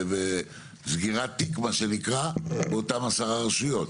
וסגירת תיק מה שנקרא באותם עשרה רשויות.